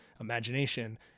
imagination